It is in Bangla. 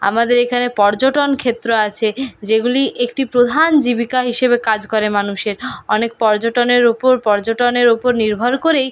আমাদের এখানে পর্যটন ক্ষেত্র আছে যেগুলি একটি প্রধান জীবিকা হিসেবে কাজ করে মানুষের অনেক পর্যটনের উপর পর্যটনের উপর নির্ভর করেই